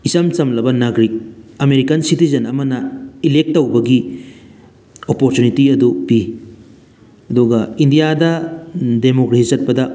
ꯏꯆꯝ ꯆꯝꯂꯕ ꯅꯥꯒꯔꯤꯛ ꯑꯃꯦꯔꯤꯀꯥꯟ ꯁꯤꯇꯤꯖꯦꯟ ꯑꯃꯅ ꯏꯂꯦꯛ ꯇꯧꯕꯒꯤ ꯑꯣꯄꯣꯔꯆꯨꯅꯤꯇꯤ ꯑꯗꯨ ꯄꯤ ꯑꯗꯨꯒ ꯏꯟꯗꯤꯌꯥꯗ ꯗꯦꯃꯣꯀ꯭ꯔꯦꯁꯤ ꯆꯠꯄꯗ